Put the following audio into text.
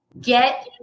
Get